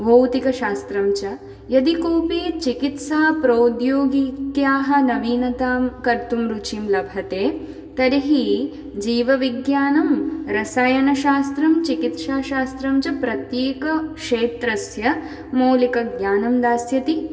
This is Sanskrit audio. भौतिकशास्त्रञ्च यदि कोऽपि चिकित्साप्रौद्योगिक्याः नवीनतां कर्तुं रुचिं लभते तर्हि जीवविज्ञानं रसायनशास्त्रं चिकित्साशास्त्रञ्च प्रत्येक क्षेत्रस्य मौलिकज्ञानं दास्यति